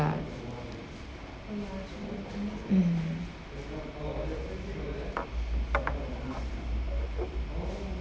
mm